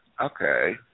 Okay